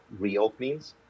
reopenings